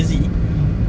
mm